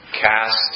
cast